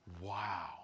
Wow